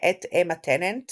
מאת אמה טננט